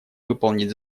выполнить